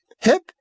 hip